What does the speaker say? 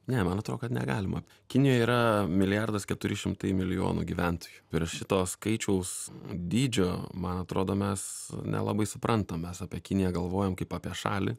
ne man atrodo kad negalima kinijoj yra milijardas keturi šimtai milijonų gyventojų ir šito skaičiaus dydžio man atrodo mes nelabai suprantam mes apie kiniją galvojam kaip apie šalį